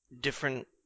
Different